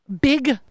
big